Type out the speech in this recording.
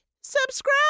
subscribe